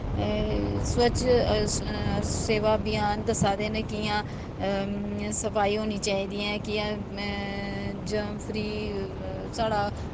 स्वच्छ सेवा अभियान दस्सा दे न कियां सफाई होनी चाहिदी कियां साढ़ा